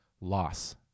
loss